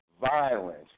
violence